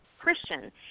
Christian